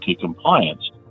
compliance